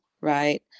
right